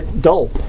Dull